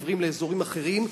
עוברים לאזורים אחרים,